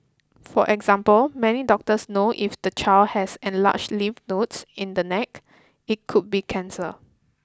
for example many doctors know if the child has enlarged lymph nodes in the neck it could be cancer